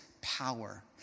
power